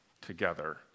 together